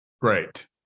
Great